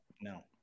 No